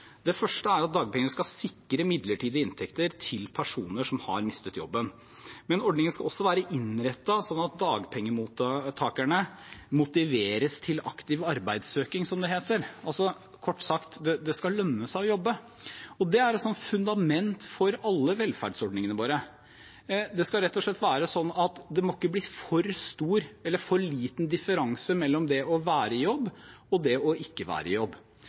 Det første er at dagpengene skal sikre midlertidige inntekter til personer som har mistet jobben, men ordningen skal også være innrettet slik at dagpengemottakerne motiveres til aktiv arbeidssøking, som det heter. Kort sagt: Det skal lønne seg å jobbe. Det er et fundament for alle velferdsordningene våre. Det skal rett og slett være slik at det ikke må bli for stor eller for liten differanse mellom det å være i jobb og det ikke å være i jobb.